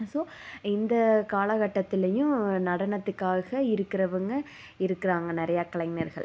so இந்த கால கட்டத்திலையும் நடனத்துக்காக இருக்கிறவங்க இருக்குறாங்க நிறையா கலைஞர்கள்